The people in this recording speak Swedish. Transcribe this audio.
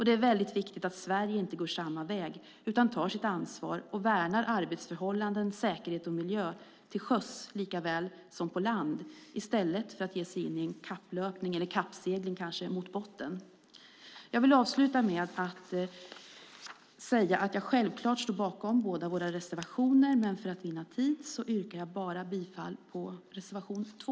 Det är väldigt viktigt att Sverige inte går samma väg utan tar sitt ansvar och värnar arbetsförhållanden, säkerhet och miljö till sjöss likaväl som på land i stället för att ge sig in i en kapplöpning - eller kappsegling kanske - mot botten. Jag vill avsluta med att säga att jag självklart står bakom våra båda reservationer, men för tids vinnande yrkar jag bifall bara till reservation 2.